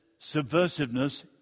subversiveness